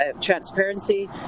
transparency